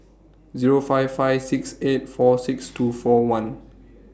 Zero five five six eight four six two four one